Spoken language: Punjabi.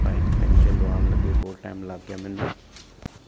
ਬਾਇਕ ਪੈਂਚਰ ਲਵਾਉਣ ਲੱਗੇ ਬਹੁਤ ਟਾਈਮ ਲੱਗ ਗਿਆ ਮੈਨੂੰ